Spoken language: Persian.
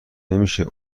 نمیشه